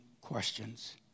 questions